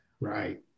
Right